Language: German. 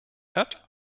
hat